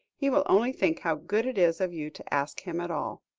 he will only think how good it is of you to ask him at all.